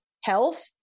health